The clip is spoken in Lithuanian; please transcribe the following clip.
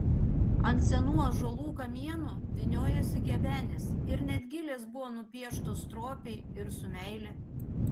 ant senų ąžuolų kamienų vyniojosi gebenės ir net gilės buvo nupieštos stropiai ir su meile